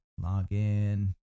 Login